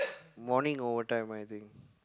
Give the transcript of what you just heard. morning overtime I think